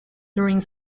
during